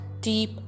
deep